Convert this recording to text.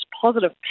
positive